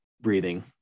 breathing